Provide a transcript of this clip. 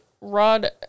Rod